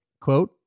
quote